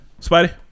Spidey